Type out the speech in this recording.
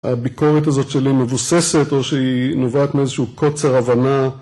הביקורת הזאת שלי מבוססת או שהיא נובעת מאיזשהו קוצר הבנה.